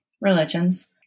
religions